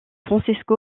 francesco